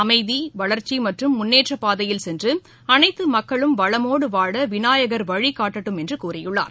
அமைதி வளர்ச்சி மற்றும் முன்னேற்றப் பாதையில் சென்று அனைத்து மக்களும் வளமோடு வாழ விநாயகர் வழிகாட்டடும் என்று கூறியுள்ளார்